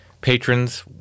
patrons